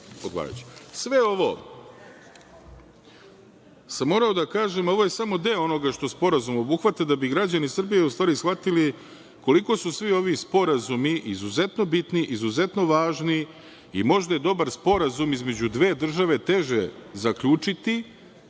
ovo sam morao da kažem, a ovo je samo deo onoga što sporazum obuhvata, da bi građani Srbije shvatili koliko su svi ovi sporazumi izuzetno bitni, izuzetno važni i možda je dobar sporazum između dve države teže zaključiti